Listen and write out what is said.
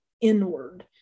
inward